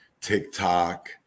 TikTok